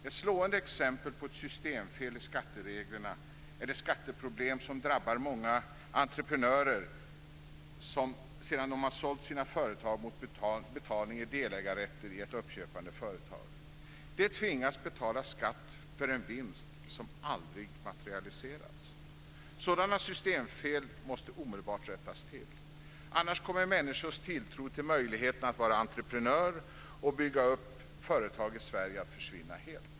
Ett slående exempel på ett systemfel i skattereglerna är de skatteproblem som drabbar många entreprenörer sedan de har sålt sina företag mot betalning i delägarrätter i ett uppköpande företag. De tvingas betala skatt för en vinst som aldrig materialiserats. Sådana systemfel måste omedelbart rättas till, annars kommer människors tilltro till möjligheterna att vara entreprenör och bygga upp företag i Sverige att försvinna helt.